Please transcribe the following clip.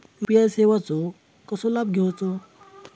UPI सेवाचो कसो लाभ घेवचो?